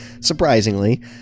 surprisingly